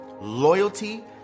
Loyalty